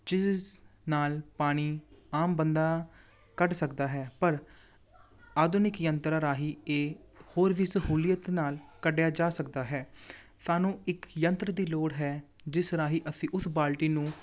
ਜਿਸ ਨਾਲ ਪਾਣੀ ਆਮ ਬੰਦਾ ਕੱਢ ਸਕਦਾ ਹੈ ਪਰ ਆਧੁਨਿਕ ਯੰਤਰ ਰਾਹੀਂ ਇਹ ਹੋਰ ਵੀ ਸਹੂਲੀਅਤ ਨਾਲ ਕੱਢਿਆ ਜਾ ਸਕਦਾ ਹੈ ਸਾਨੂੰ ਇੱਕ ਯੰਤਰ ਦੀ ਲੋੜ ਹੈ ਜਿਸ ਰਾਹੀ ਅਸੀਂ ਉਸ ਬਾਲਟੀ ਨੂੰ